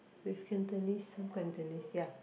with Cantonese some Cantonese ya